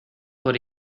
por